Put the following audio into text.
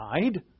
died